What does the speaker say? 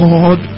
God